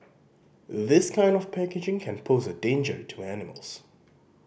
this kind of packaging can pose a danger to animals